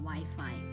WiFi 。